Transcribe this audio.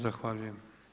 Zahvaljujem.